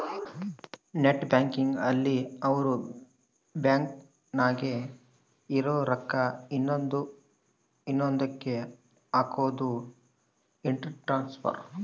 net banking ಅಲ್ಲಿ ಅವ್ರ bank ನಾಗೇ ಇರೊ ರೊಕ್ಕ ಇನ್ನೊಂದ ಕ್ಕೆ ಹಕೋದು ಇಂಟ್ರ ಟ್ರಾನ್ಸ್ಫರ್